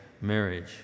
marriage